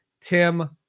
Tim